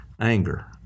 anger